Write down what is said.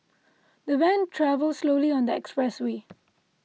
the van travelled slowly on the expressway